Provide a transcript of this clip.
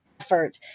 effort